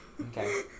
Okay